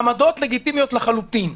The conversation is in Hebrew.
עמדות לגיטימיות לחלוטין.